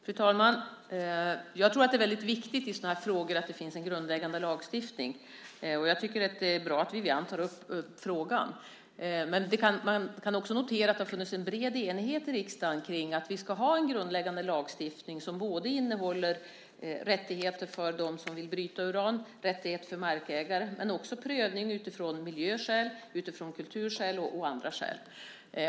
Fru talman! Jag tror att det är väldigt viktigt att det finns en grundläggande lagstiftning i sådana här frågor. Jag tycker att det är bra att Wiwi-Anne tar upp frågan. Man kan också notera att det har funnits en bred enighet i riksdagen kring att vi ska ha en grundläggande lagstiftning som innehåller rättigheter för dem som vill bryta uran, rättigheter för markägare och även prövning utifrån miljöskäl, kulturskäl och andra skäl.